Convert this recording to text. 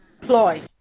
ploy